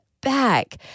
back